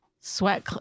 sweat